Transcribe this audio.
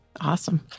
awesome